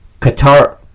Qatar